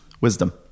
wisdom